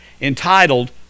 entitled